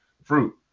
fruit